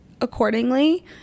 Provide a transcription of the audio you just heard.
accordingly